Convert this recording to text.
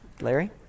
Larry